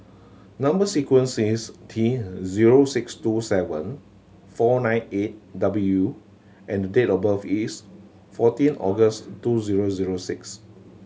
number sequence is T zero six two seven four nine eight W and the date of birth is fourteen August two zero zero six